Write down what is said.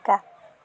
শিকা